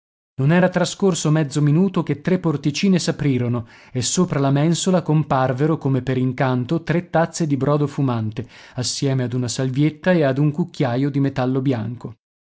non era trascorso mezzo minuto che tre porticine s'aprirono e sopra la mensola comparvero come per incanto tre tazze di brodo fumante assieme ad una salvietta e ad un cucchiaio di metallo bianco